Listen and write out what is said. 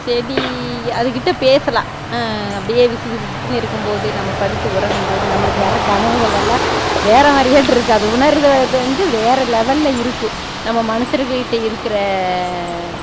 செடி அதுக்கிட்ட பேசலாம் அப்படியே விசுவீசுகிசுன்னு இருக்கும்போது நம்ம படுத்து உறங்கும்போது நம்பளுக்கு வர கனவுகளெல்லாம் வேறு மாரியாற்றுக்கு அது உணருறது வந்து வேறு லெவலில் இருக்கும் நம்ப மனுசர்கள்கிட்ட இருக்கிற